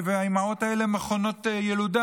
והאימהות האלה הן מכונות ילודה,